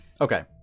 Okay